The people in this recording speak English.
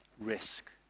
risk